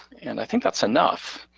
and i think that's enough.